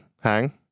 Hang